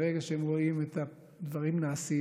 ברגע שהם רואים את הדברים נעשים,